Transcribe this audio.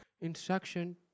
Instruction